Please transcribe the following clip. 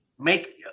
make